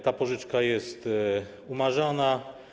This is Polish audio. Ta pożyczka jest umarzana.